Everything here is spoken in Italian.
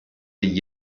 gli